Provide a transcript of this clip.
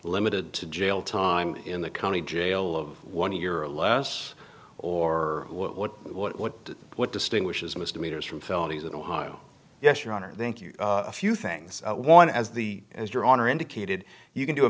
limited to jail time in the county jail of one year or less or what what what what distinguishes misdemeanors from felonies in ohio yes your honor thank you a few things one as the as your honor indicated you can do a